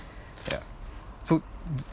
ya so